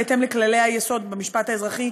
בהתאם לכללי היסוד במשפט האזרחי,